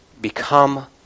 become